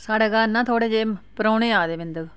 साढ़े घर ना थोह्ड़े जेह् परौह्ने आए दे बिंद क